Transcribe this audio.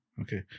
Okay